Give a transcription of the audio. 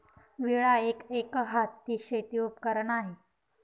विळा एक, एकहाती शेती उपकरण आहे